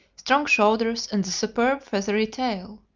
strong shoulders, and a superb feathery tail.